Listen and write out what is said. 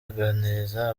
aganiriza